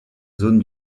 zone